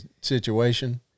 situation